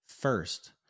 first